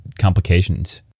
complications